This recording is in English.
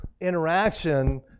interaction